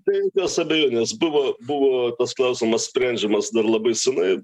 be jokios abejonės buvo buvo tas klausimas sprendžiamas dar labai senai